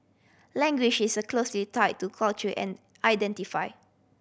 language is a closely tie to culture and identify